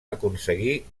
aconseguir